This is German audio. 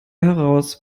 heraus